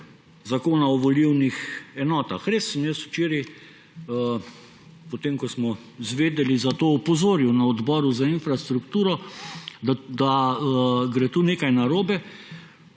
zakona o volilnih enotah. Res sem včeraj, potem ko smo izvedli za to, opozoril na Odboru za infrastrukturo, da gre tukaj nekaj narobe.